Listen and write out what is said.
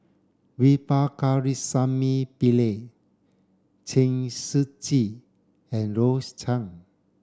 V Pakirisamy Pillai Chen Shiji and Rose Chan